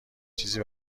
چیزی